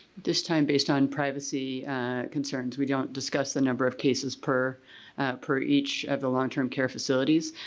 this time based on privacy concerns we don't discuss the number of cases per per each of the long-term care facilities.